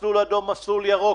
כולל מסלול אדום ומסלול ירוק.